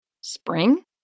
Spring